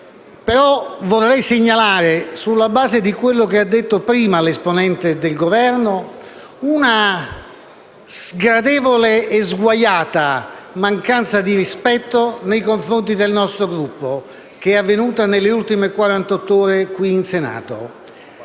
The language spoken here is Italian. però segnalare, sulla base di quello che ha detto l'esponente del Governo, una sgradevole e sguaiata mancanza di rispetto nei confronti del nostro Gruppo avvenuta nelle ultime quarantott'ore in Senato.